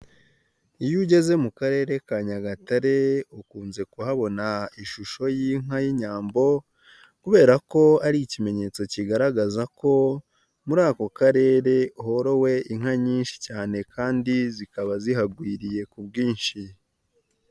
Iyo ugeze mu Karere ka Nyagatare, ukunze kuhabona ishusho y'inka y'inyambo kubera ko ari ikimenyetso kigaragaza ko muri ako karere horowe inka nyinshi cyane kandi zikaba zihagwiriye ku bwinshi.